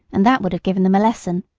and that would have given them a lesson.